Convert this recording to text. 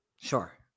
Sure